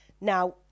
Now